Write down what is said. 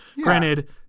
Granted